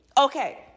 Okay